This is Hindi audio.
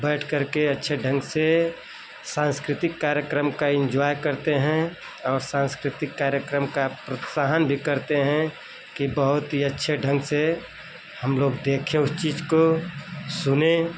बैठ करके अच्छे ढंग से सांस्कृतिक कार्यक्रम का इनज्वाई करते हैं और सांस्कृतिक कार्यक्रम का प्रोत्साहन भी करते हैं कि बहुत ही अच्छे ढंग से हम लोग देखें उस चीज़ को सुने